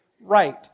right